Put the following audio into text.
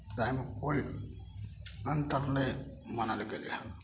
time कोइ अन्तर नहि मानल गेलै हन